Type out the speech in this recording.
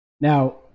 Now